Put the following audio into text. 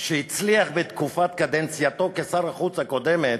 שהצליח בתקופת הקדנציה שלו כשר החוץ, הקודמת,